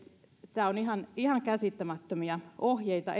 nämä ovat ihan käsittämättömiä ohjeita